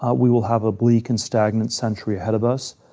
ah we will have a bleak and stagnant century ahead of us.